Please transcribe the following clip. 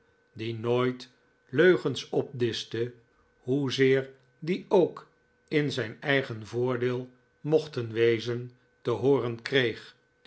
die nooit leugens opdischte hoezeer die ook in zijn eigen voordeel mochten wezen te hooren kreeg